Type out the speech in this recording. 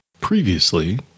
Previously